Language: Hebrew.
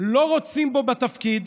לא רוצים בו בתפקיד.